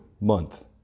month